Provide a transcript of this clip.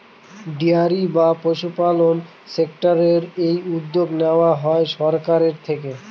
dairy বা পশুপালন সেক্টরের এই উদ্যোগ নেওয়া হয় সরকারের থেকে